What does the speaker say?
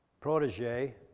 protege